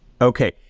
Okay